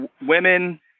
women